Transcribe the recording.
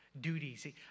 duties